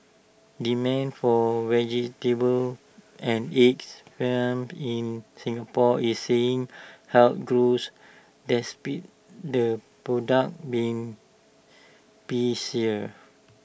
demand for vegetables and eggs farmed in Singapore is seeing health growth despite the product being pricier